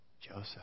Joseph